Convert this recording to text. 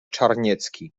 czarniecki